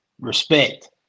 Respect